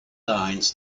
lines